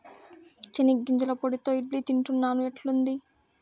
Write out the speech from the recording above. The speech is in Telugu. చెనిగ్గింజల పొడితో ఇడ్లీ తింటున్నారా, ఎట్లుంది